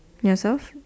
yourself